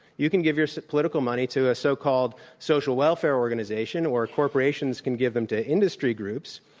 you can give your so political money to a so-called social welfare organization, or corporations can give them to industry groups,